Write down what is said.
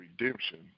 redemption